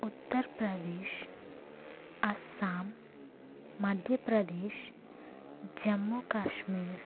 Uttar Pradesh Assam Madhya Pradesh Jammu Kashmir